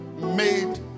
made